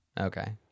Okay